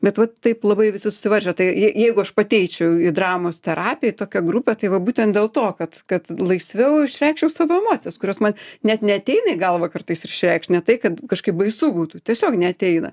bet vat taip labai visi susivaržę tai je jeigu aš pati eičiau į dramos terapiją į tokią grupę tai va būtent dėl to kad kad laisviau išreikščiau savo emocijas kurios man net neateina į galvą kartais ir išreikšt ne tai kad kažkaip baisu būtų tiesiog neateina